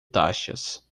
taxas